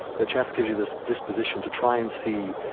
but chess gives you this disposition to try and see,